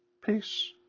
Peace